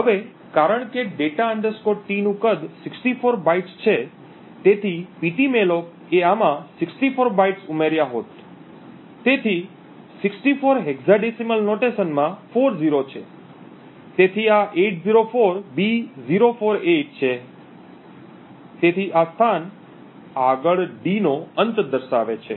હવે કારણ કે data T નું કદ 64 બાઇટ્સ છે તેથી Ptmalloc એ આમાં 64 બાઇટ્સ ઉમેર્યા હોત તેથી 64 હેક્સાડેસિમલ નોટેશનમાં 40 છે તેથી આ 804B048 છે તેથી આ સ્થાન આગળ d નો અંત દર્શાવે છે